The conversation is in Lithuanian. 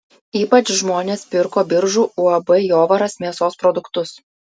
ypač žmonės pirko biržų uab jovaras mėsos produktus